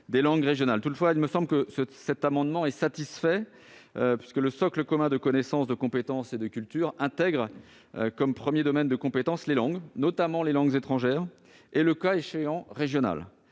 Toutefois, il me semble que cet amendement est satisfait. Le socle commun de connaissances, de compétences et de culture intègre les langues comme premier domaine de compétences, notamment les langues étrangères et, le cas échéant, des